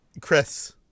Chris